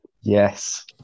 Yes